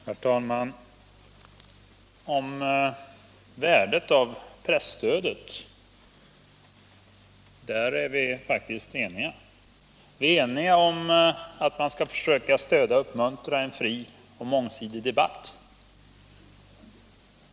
Herr talman! Om värdet av presstödet är vi faktiskt eniga. Vi är överens om att vi skall försöka stödja och uppmuntra en fri och mångsidig debatt.